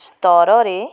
ସ୍ତରରେ